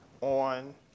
on